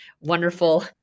wonderful